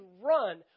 run